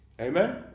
amen